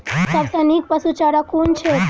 सबसँ नीक पशुचारा कुन छैक?